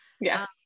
Yes